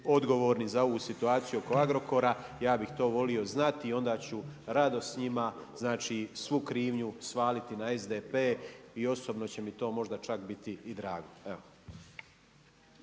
za ovu situaciju oko Agrokora ja bih to volio znati i onda ću rado s njima svu krivnju svaliti na SDP i osobno će mi to možda čak biti i drago.